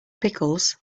pickles